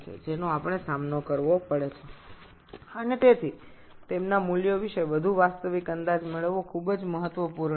এবং এর ফল স্বরূপ তাদের মান সম্পর্কে আরও বাস্তবসম্মত অনুমান করা খুব গুরুত্বপূর্ণ